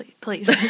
please